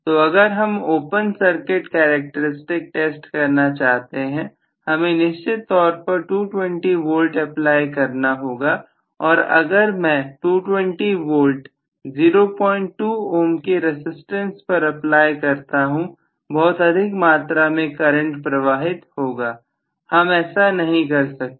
तो अगर हम ओपन सर्किट करैक्टेरिस्टिक टेस्ट करना चाहते हैं हमें निश्चित तौर पर 220 वोल्ट अप्लाई करना होगा और अगर मैं 220 वोल्ट 02 ohm के रसिस्टेंस पर अप्लाई करता हूं बहुत अधिक मात्रा में करंट प्रवाहित होगा हम ऐसा नहीं कर सकते